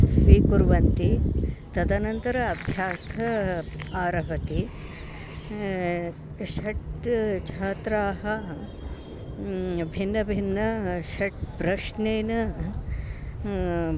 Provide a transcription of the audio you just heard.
स्वीकुर्वन्ति तदनन्तरम् अभ्यासः आरभते षट् छात्राः भिन्नभिन्ना षट् प्रश्नेन